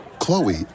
Chloe